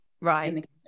Right